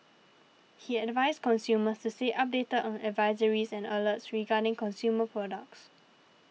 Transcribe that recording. he advised consumers to stay updated on advisories and alerts regarding consumer products